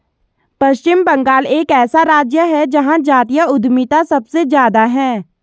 पश्चिम बंगाल एक ऐसा राज्य है जहां जातीय उद्यमिता सबसे ज्यादा हैं